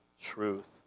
truth